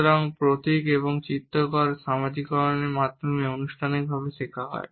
সুতরাং প্রতীক এবং চিত্রকরগুলি সামাজিকীকরণের মাধ্যমে আনুষ্ঠানিকভাবে শেখা হয়